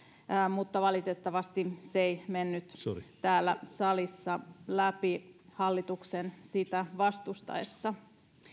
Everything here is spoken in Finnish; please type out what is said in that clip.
mutta valitettavasti se ei mennyt täällä salissa läpi hallituksen sitä vastustaessa